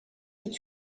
est